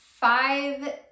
five